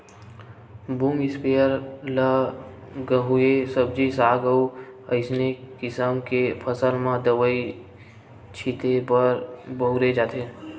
boom sprayer ल गहूँए सब्जी साग अउ असइने किसम के फसल म दवई छिते बर बउरे जाथे